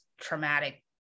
traumatic